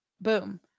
Boom